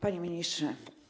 Panie Ministrze!